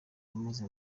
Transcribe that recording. yamaze